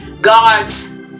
God's